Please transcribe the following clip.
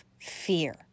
fear